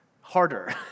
harder